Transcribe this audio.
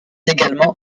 également